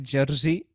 Jersey